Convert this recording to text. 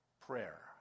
prayer